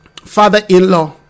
father-in-law